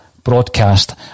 Broadcast